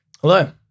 Hello